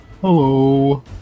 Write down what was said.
Hello